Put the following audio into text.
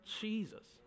Jesus